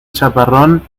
chaparrón